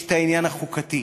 יש העניין החוקתי.